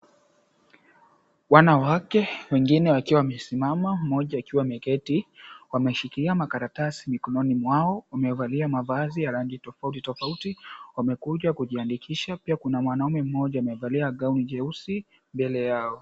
Wanawake wengine wakiwa wamesimama, mmoja akiwa ameketi. Wameshikilia makaratasi mikononi mwao, wamevalia mavazi ya rangi tofauti tofauti, wamekuja kujiandikisha. Pia kuna mwanaume mmoja amevalia gauni jeusi mbele yao.